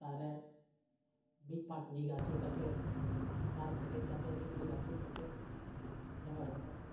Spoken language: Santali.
ᱥᱮᱛᱟᱜ ᱨᱮ ᱢᱤᱫ ᱯᱟᱸᱠ ᱧᱤᱨ ᱟᱹᱪᱩᱨ ᱠᱟᱛᱮᱫ ᱥᱮᱛᱟᱜ ᱨᱮ ᱵᱮᱨᱮᱫ ᱠᱟᱛᱮᱫ ᱜᱮ ᱧᱤᱨ ᱟᱹᱪᱩᱨ ᱠᱟᱛᱮᱫ ᱟᱨ ᱛᱤ ᱡᱟᱸᱜᱟ ᱦᱚᱲᱢᱚ ᱠᱚ